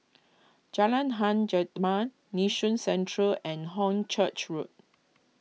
Jalan Hang jet man Nee Soon Central and Hornchurch Road